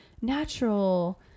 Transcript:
natural